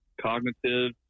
cognitive